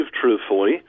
truthfully